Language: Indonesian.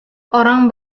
orang